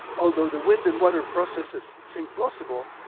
although the wind and water processes seem plausible,